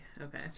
Okay